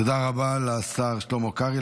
תודה רבה לשר שלמה קרעי.